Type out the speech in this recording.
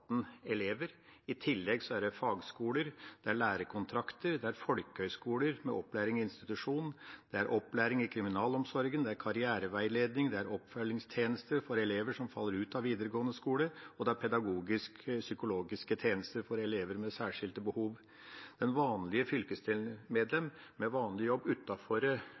elever. I tillegg er det fagskoler, det er lærekontrakter, det er folkehøgskoler med opplæring i institusjon, det er opplæring i kriminalomsorgen, det er karriereveiledning, det er oppfølgingstjenester for elever som faller ut av videregående skole, og det er pedagogisk-psykologiske tjenester for elever med særskilte behov. Det vanlige fylkestingsmedlem med vanlig jobb